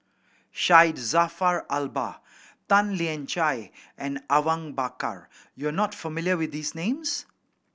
Syed Jaafar Albar Tan Lian Chye and Awang Bakar you are not familiar with these names